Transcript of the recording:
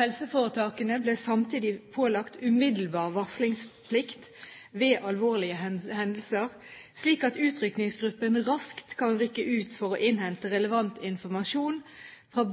Helseforetakene ble samtidig pålagt umiddelbar varslingsplikt ved alvorlige hendelser, slik at utrykningsgruppen raskt kan rykke ut for å innhente relevant informasjon fra